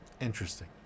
Interesting